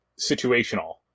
situational